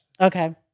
Okay